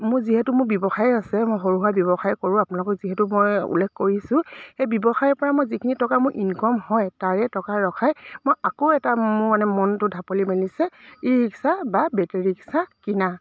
মোৰ যিহেতু মোৰ ব্যৱসায়ো আছে মই সৰু সুৰা ব্যৱসায় কৰোঁ আপোনালোকক যিহেতু মই উল্লেখ কৰিছোঁ সেই ব্যৱসায়ৰ পৰা মই যিখিনি টকা মোৰ ইনকম হয় তাৰে টকা ৰখাই মই আকৌ এটা মোৰ মানে মনটো ঢাপলি মেলিছে ই ৰিক্সা বা বেটেৰী ৰিক্সা কিনা